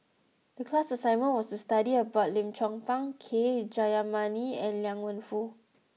the class assignment was to study about Lim Chong Pang K Jayamani and Liang Wenfu